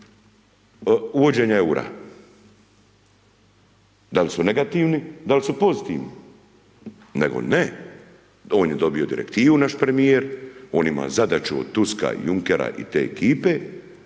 uvođenja eura, da li su negativni, da li su pozitivni, nego ne, on je dobio direktivu, naš premijer, on ima zadaću od Tuska, Junckera i te ekipe